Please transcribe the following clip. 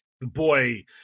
boy